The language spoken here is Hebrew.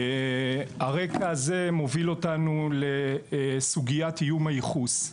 הרקע הזה מוביל אותנו לסוגיית איום הייחוס.